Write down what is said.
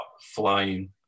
flying